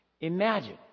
Imagine